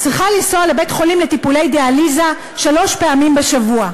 "צריכה לנסוע לבית-חולים לטיפולי דיאליזה שלוש פעמים בשבוע.